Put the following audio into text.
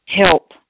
Help